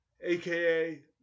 aka